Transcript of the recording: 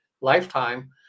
lifetime